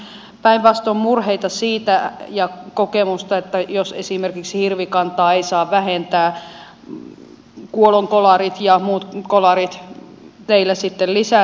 meillähän on päinvastoin murhetta ja kokemusta siitä että jos esimerkiksi hirvikantaa ei saa vähentää kuolonkolarit ja muut kolarit teillä sitten lisääntyvät